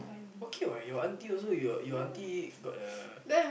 okay what your auntie also your your auntie got a